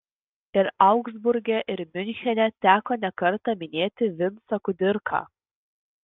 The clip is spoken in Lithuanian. ir augsburge ir miunchene teko nekartą minėti vincą kudirką